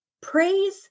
Praise